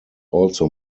also